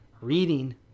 reading